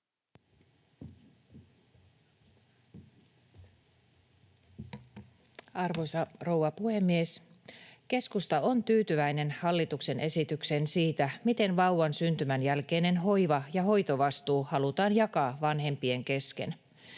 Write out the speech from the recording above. Arvoisa rouva puhemies! Keskusta on tyytyväinen hallituksen esitykseen siitä, miten vauvan syntymän jälkeinen hoiva- ja hoitovastuu halutaan jakaa vanhempien kesken.